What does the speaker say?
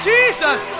Jesus